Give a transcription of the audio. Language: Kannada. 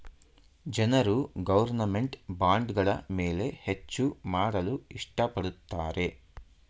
ಜನರು ಗೌರ್ನಮೆಂಟ್ ಬಾಂಡ್ಗಳ ಮೇಲೆ ಹೆಚ್ಚು ಮಾಡಲು ಇಷ್ಟ ಪಡುತ್ತಾರೆ